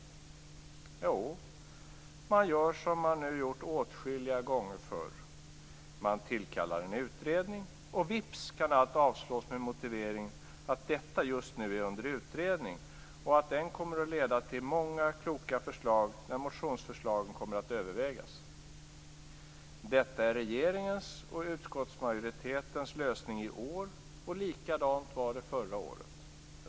Jo, man gör som man nu gjort åtskilliga gånger förr. Man tillkallar en utredning, och vips kan allt avslås med motivering att detta just nu är under utredning och att den kommer att leda till många kloka förslag där motionsförslagen kommer att övervägas. Detta är regeringens och utskottmajoritetens lösning i år, och likadant var det förra året.